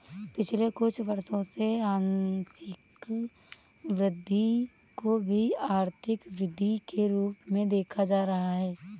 पिछले कुछ वर्षों से आंशिक वृद्धि को भी आर्थिक वृद्धि के रूप में देखा जा रहा है